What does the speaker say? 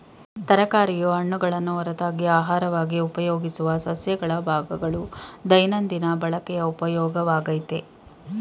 ತರಕಾರಿಯು ಹಣ್ಣುಗಳನ್ನು ಹೊರತಾಗಿ ಅಹಾರವಾಗಿ ಉಪಯೋಗಿಸುವ ಸಸ್ಯಗಳ ಭಾಗಗಳು ದೈನಂದಿನ ಬಳಕೆಯ ಉಪಯೋಗವಾಗಯ್ತೆ